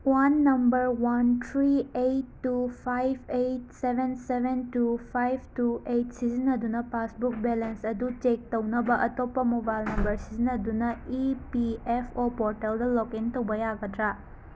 ꯎꯋꯥꯟ number one three eight two five eight seven seven two five two eight ꯁꯤꯖꯤꯟꯅꯗꯨꯅ passbook balance ꯑꯗꯨ check ꯇꯧꯅꯕ ꯑꯇꯣꯞꯄ mobile number ꯁꯤꯖꯤꯟꯅꯗꯨꯅ EPFO ꯄꯣꯔꯇꯦꯜꯗ login ꯇꯧꯕ ꯌꯥꯒꯗ꯭ꯔꯥ